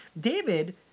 David